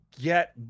get